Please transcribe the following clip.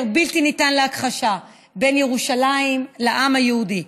בלתי ניתן להכחשה בין ירושלים לעם היהודי.